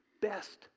best